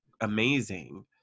amazing